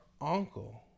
uncle